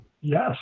Yes